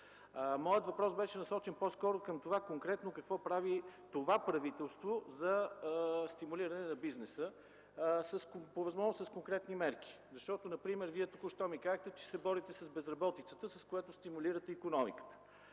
Моят въпрос беше насочен по-скоро към това: конкретно какво прави правителството за стимулиране на бизнеса, по възможност с конкретни мерки? Например Вие току-що ми казахте, че се борите с безработицата, с което стимулирате икономиката.